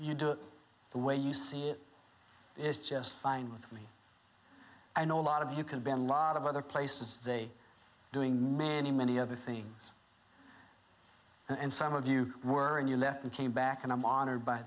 you do it the way you see it is just fine with me i know a lot of you can be a lot of other places they doing many many other things and some of you were and you left and came back and i'm honored by